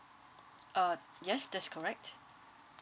uh yes that's correct